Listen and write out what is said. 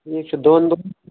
ٹھیٖک چھُ دۄن دۅہَن